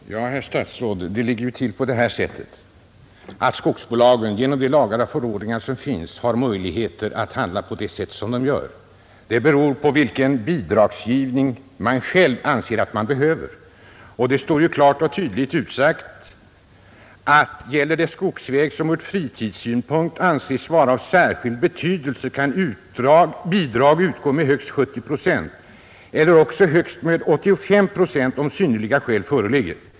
Herr talman! Ja, herr statsråd, det ligger ju till på det här sättet att skogsbolagen genom de lagar och förordningar som finns har möjligheter att handla på det sätt som de gör. Det beror på vilken bidragsgivning man själv anser att man behöver. Det står klart och tydligt utsagt att gäller det skogsväg som ur fritidssynpunkt anses vara av särskild betydelse, kan bidrag utgå med högst 70 procent eller också med högst 85 procent om synnerliga skäl föreligger.